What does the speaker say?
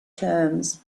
terms